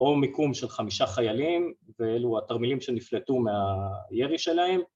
או מיקום של חמישה חיילים ואלו התרמילים שנפלטו מהירי שלהם